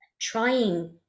trying